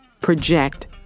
project